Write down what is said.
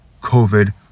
COVID